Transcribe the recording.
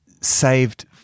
saved—